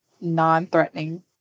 non-threatening